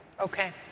Okay